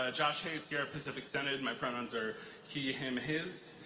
ah josh hayes, sierra pacific synod, my pronouns are he, him, his.